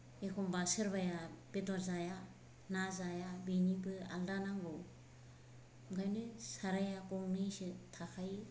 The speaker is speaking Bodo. एखनबा सोरबाया बेदर जाया ना जाया बिनिबो आलादा नांगौ ओंखायनो साराया गंनैसो थाखायो